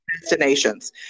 destinations